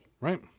Right